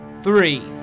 three